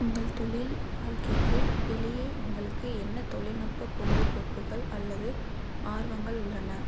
உங்கள் தொழில் வாழ்க்கைக்கு வெளியே உங்களுக்கு என்ன தொழில்நுட்ப பொழுதுபோக்குகள் அல்லது ஆர்வங்கள் உள்ளன